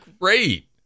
great